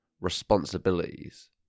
responsibilities